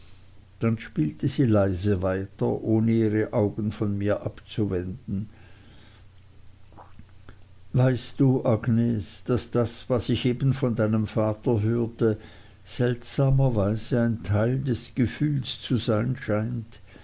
dann spielte sie leise weiter ohne ihre augen von mir abzuwenden weißt du agnes daß das was ich eben von deinem vater hörte seltsamerweise ein teil des gefühls zu sein scheint